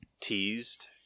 teased